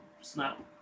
snap